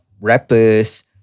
rappers